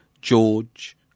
George